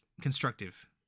constructive